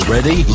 Ready